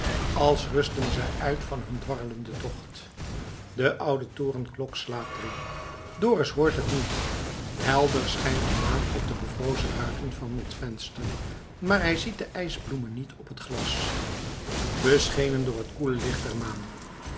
als rustten zij uit van hun dwarrelenden tocht de oude torenklok slaat drie dorus hoort het niet helder schijnt de maan op de bevrozen ruiten van t venster maar hij ziet de ijsbloemen niet op het glas beschenen door het koele licht der maan